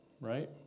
right